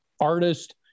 artist